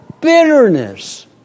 bitterness